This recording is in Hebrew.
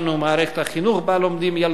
מערכת החינוך שבה לומדים ילדינו,